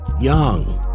young